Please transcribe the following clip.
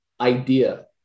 idea